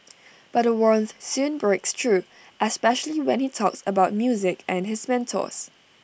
but A warmth soon breaks through especially when he talks about music and his mentors